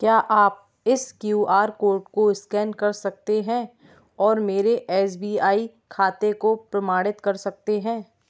क्या आप इस क्यू आर कोड को इस्कैन कर सकते हैं और मेरे एस बी आई खाते को प्रमाणित कर सकते हैं